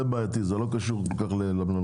זה בעייתי, וזה לא קשור כל כך למלונות.